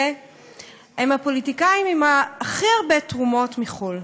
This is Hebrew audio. הם הפוליטיקאים עם הכי הרבה תרומות מחו"ל: